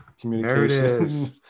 communication